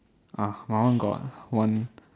ah my one got one